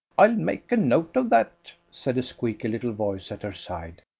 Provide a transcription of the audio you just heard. i'll make a note of that, said a squeaky little voice at her side.